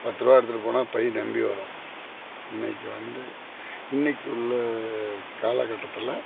பத்துருவா எடுத்துகிட்டு போனால் பை ரெம்பி வரும் இன்றைக்கு வந்து இன்றைக்கு உள்ள காலக்கட்டத்தில்